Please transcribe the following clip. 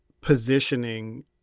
positioning